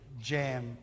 jam